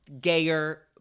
gayer